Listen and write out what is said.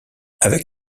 avec